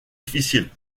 difficile